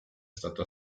stato